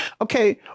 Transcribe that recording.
Okay